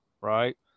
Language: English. right